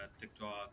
TikTok